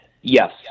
Yes